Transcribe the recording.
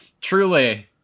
truly